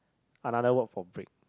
another work from break